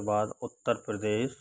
उसके बाद उत्तर प्रदेश